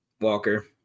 Walker